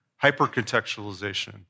hyper-contextualization